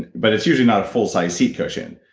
but it's usually not a full-size seat cushion.